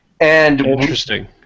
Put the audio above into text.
Interesting